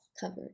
covered